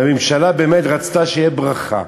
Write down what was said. והממשלה באמת רצתה שתהיה ברכה,